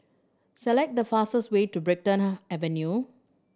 select the fastest way to Brighton Avenue